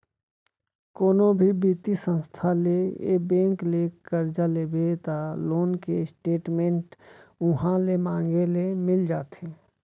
कोनो भी बित्तीय संस्था ले या बेंक ले करजा लेबे त लोन के स्टेट मेंट उहॉं ले मांगे ले मिल जाथे